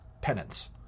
penance